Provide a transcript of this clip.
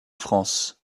france